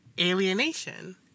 alienation